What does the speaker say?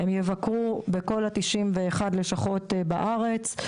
הם יבקרו בכל ה-91 לשכות בארץ,